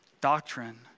Doctrine